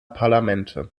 parlamente